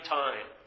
time